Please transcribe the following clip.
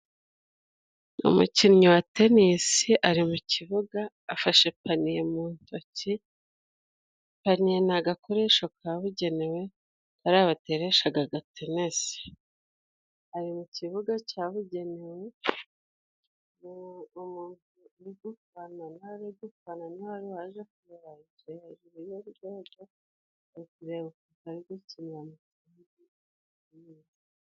Umukinnyi wa tenisi ari mu kibuga afashe paniye mu ntoki. Paniye ni agakoresho kabugenewe kariya bateresha agatenesi, ari mu kibuga cyabugenewe umuntu uri gufanale dupfana nawe waje kubakira hejuru y'ururyodo ku muntu ureba uriya ari gukinana.